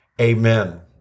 amen